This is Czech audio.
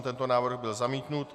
Tento návrh byl zamítnut.